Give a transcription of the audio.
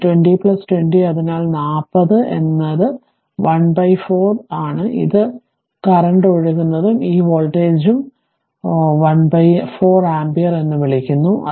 അതിനാൽ 20 20 അതിനാൽ 40 എന്നത് 1 ബൈ 4 ആമ്പിയർ ആണ് ഇതിനെ നിലവിലെ ഒഴുകുന്നതും ഈ വോൾട്ടേജും 1 ഉം 4 ആമ്പിയർ എന്ന് വിളിക്കുന്നു